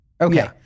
Okay